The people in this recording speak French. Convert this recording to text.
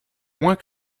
moins